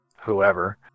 whoever